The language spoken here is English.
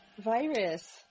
virus